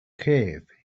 cave